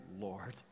Lord